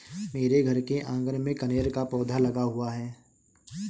मेरे घर के आँगन में कनेर का पौधा लगा हुआ है